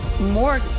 more